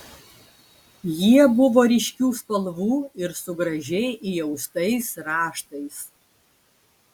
jie buvo ryškių spalvų ir su gražiai įaustais raštais